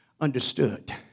understood